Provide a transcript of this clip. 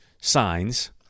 signs